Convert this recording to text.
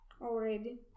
already